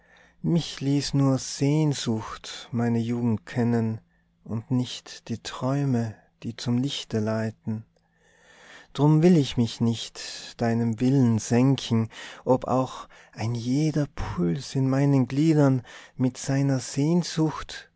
mich ließ nur sehnsucht meine jugend kennen und nicht die träume die zum lichte leiten drum will ich mich nicht deinem willen senken ob auch ein jeder puls in meinen gliedern mit seiner sehnsucht